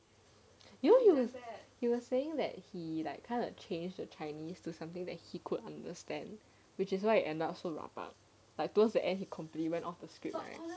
you know he were saying that he like kind of change to chinese to something that he could understand which is why end up so up like towards the end he complement of the script right